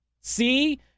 See